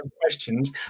questions